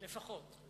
לפחות.